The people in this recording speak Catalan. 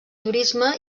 turisme